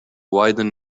widen